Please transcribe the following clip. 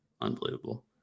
unbelievable